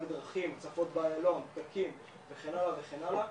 הצפות באיילון, פקקים וכו' הלאה,